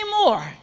more